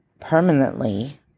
permanently